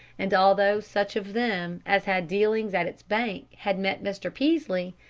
and although such of them as had dealings at its bank had met mr. peaslee,